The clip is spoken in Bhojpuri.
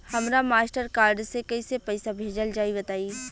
हमरा मास्टर कार्ड से कइसे पईसा भेजल जाई बताई?